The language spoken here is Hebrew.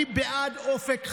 אני בעד אופק חדש,